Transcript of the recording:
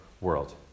world